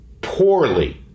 Poorly